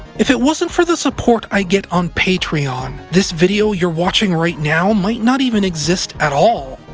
if it wasn't for the support i get on patreon, this video you're watching right now might not even exist at all.